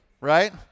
right